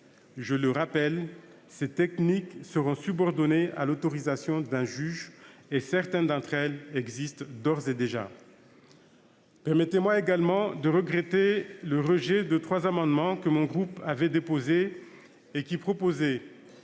Je le rappelle, ces techniques seront subordonnées à l'autorisation d'un juge et certaines d'entre elles ont d'ores et déjà cours. Permettez-moi également de regretter le rejet de trois amendements que mon groupe avait déposés et qui avaient